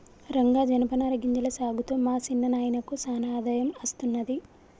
రంగా జనపనార గింజల సాగుతో మా సిన్న నాయినకు సానా ఆదాయం అస్తున్నది